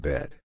Bed